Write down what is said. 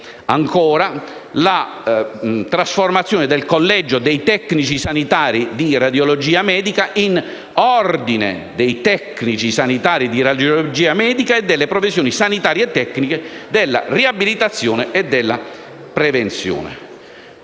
inoltre la trasformazione del collegio dei tecnici sanitari di radiologia medica in Ordine dei tecnici sanitari di radiologia medica e delle professioni sanitarie e tecniche della riabilitazione e della prevenzione.